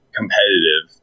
competitive